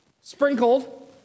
sprinkled